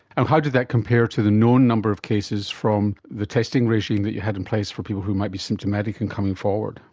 and how did that compare to the known number of cases from the testing regime that you had in place for people who might be symptomatic and coming forward?